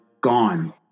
gone